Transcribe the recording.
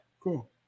Cool